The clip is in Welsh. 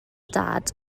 dad